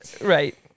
Right